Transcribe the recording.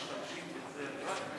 קודם כול, משתמשים בזה רק,